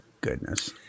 goodness